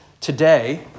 Today